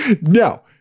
no